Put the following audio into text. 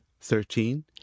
thirteen